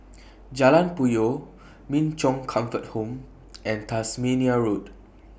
Jalan Puyoh Min Chong Comfort Home and Tasmania Road